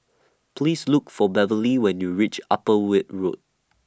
Please Look For Beverly when YOU REACH Upper Weld Road